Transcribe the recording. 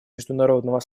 международного